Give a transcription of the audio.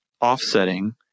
offsetting